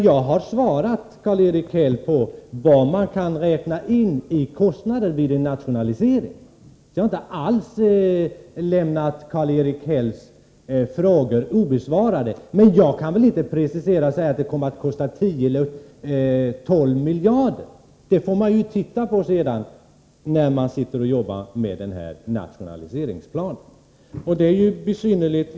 Jag har också besvarat Karl-Erik Hälls fråga om vilka kostnader som skall räknas in vid en nationalisering. Jag har alltså inte alls lämnat hans frågor obesvarade. Däremot kan jag inte precisera och säga att kostnaden uppgår till exempelvis 10 eller 12 miljarder kronor. Det får man se när man arbetar med nationaliseringsplanen.